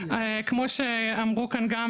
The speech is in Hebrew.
כמו שאמרו כאן גם,